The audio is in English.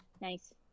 Nice